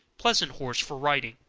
pleasant horse for riding.